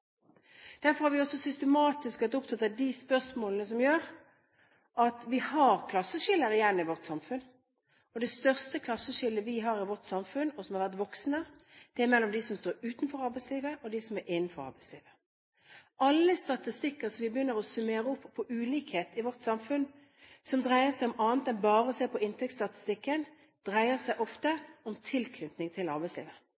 Derfor har vi også systematisk vært opptatt av de spørsmålene som gjør at vi har klasseskiller igjen i vårt samfunn. Det største klasseskillet vi har i vårt samfunn – og som har vært voksende – er skillet mellom dem som står utenfor arbeidslivet, og dem som er innenfor arbeidslivet. Når vi begynner å summere opp all statistikk over ulikheter i vårt samfunn som dreier seg om annet enn bare inntektsstatistikken, så dreier det seg